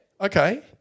Okay